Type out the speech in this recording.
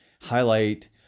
highlight